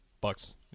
Bucks